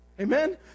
Amen